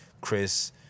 Chris